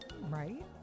Right